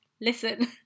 listen